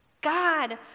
God